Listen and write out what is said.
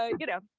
ah you know,